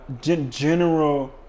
general